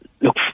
Look